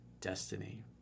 destiny